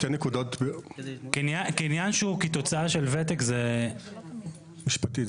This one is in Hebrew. קניין שהוא כתוצאה של ותק זה --- משפטית,